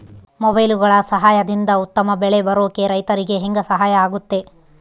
ಮೊಬೈಲುಗಳ ಸಹಾಯದಿಂದ ಉತ್ತಮ ಬೆಳೆ ಬರೋಕೆ ರೈತರಿಗೆ ಹೆಂಗೆ ಸಹಾಯ ಆಗುತ್ತೆ?